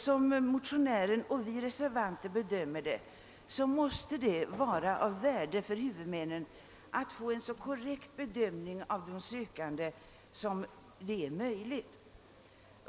Som motionären och vi reservanter bedömer saken måste det vara av värde för huvudmännen att få en så korrekt bedömning av de sökande som möjligt.